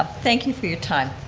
thank you for your time.